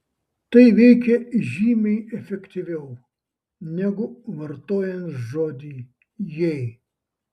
tai veikia žymiai efektyviau negu vartojant žodį jei